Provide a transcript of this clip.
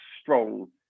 strong